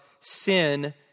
sin